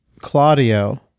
Claudio